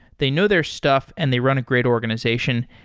they know their stuff and they run a great organization.